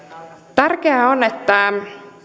tärkeää on että